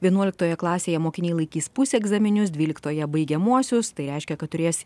vienuoliktoje klasėje mokiniai laikys pusegzaminius dvyliktoje baigiamuosius tai reiškia kad turės